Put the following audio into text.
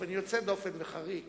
באופן יוצא דופן וחריג